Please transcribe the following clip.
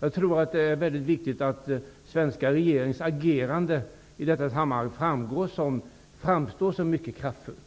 Jag tror att det är viktigt att svenska regeringens agerande framstår som mycket kraftfullt,